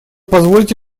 позвольте